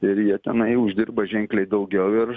ir jie tenai uždirba ženkliai daugiau ir